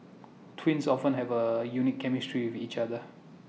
twins often have A unique chemistry with each other